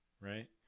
right